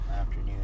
afternoon